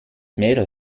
mädel